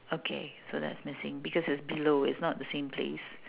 okay so that's missing because it's below it's not the same place